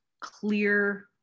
clear